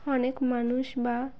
অনেক মানুষ বা